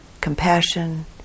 compassion